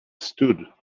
stood